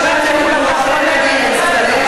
חברי הכנסת מהרשימה המשותפת,